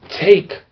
take